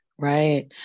Right